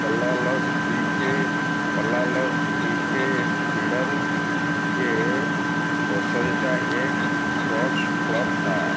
कोलालस बी के कोलालस बी के इस्पिडन के बोसन का एक स्पोर्ट्स क्लब था